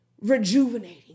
rejuvenating